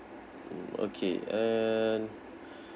mm okay and